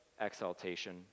exaltation